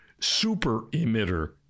super-emitter